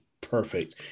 perfect